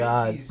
God